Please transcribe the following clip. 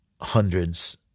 hundreds